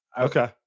Okay